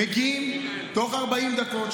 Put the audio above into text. מגיעים תוך 40 דקות,